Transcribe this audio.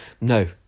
no